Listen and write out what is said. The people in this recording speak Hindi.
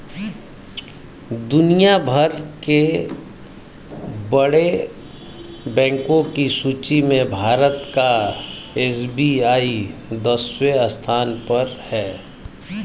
दुनिया भर के बड़े बैंको की सूची में भारत का एस.बी.आई दसवें स्थान पर है